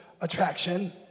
attraction